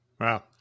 Wow